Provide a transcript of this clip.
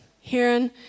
hearing